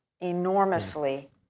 enormously